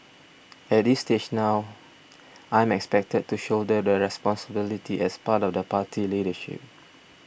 at this stage now I'm expected to shoulder the responsibility as part of the party leadership